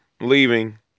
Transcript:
leaving